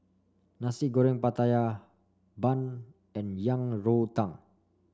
Nasi Goreng Pattaya Bun and Yang Rou Tang